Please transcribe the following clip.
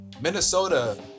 Minnesota